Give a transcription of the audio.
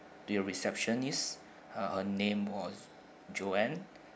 to your receptionist uh her name was joanne